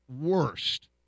worst